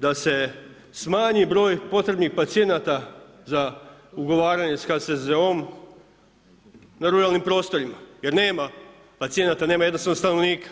da se smanji broj potrebnih pacijenata za ugovaranje sa HZZ-om na ruralnim prostorima jer nema pacijenata, nema jednostavno stanovnika.